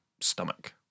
stomach